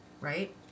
Right